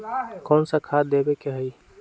कोन सा खाद देवे के हई?